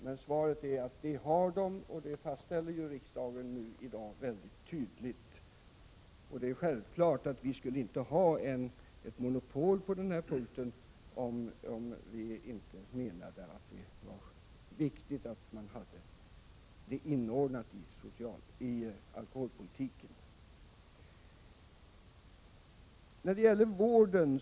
Men det har man, och det markerar riksdagen i dag väldigt tydligt. Självfallet skulle det i detta sammanhang inte finnas något monopol, om vi inte menade att det är viktigt att inordna dessa organ i alkoholpolitiken.